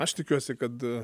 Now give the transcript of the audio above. aš tikiuosi kad